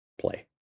play